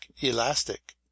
elastic